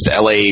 LA